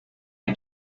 hay